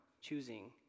choosing